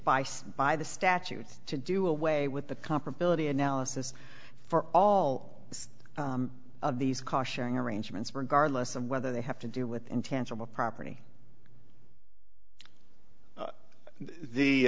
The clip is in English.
by by the statute to do away with the comparability analysis for all of these cautioning arrangements regardless of whether they have to do with intangible property the